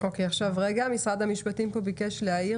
משרד המשפטים ביקש להעיר.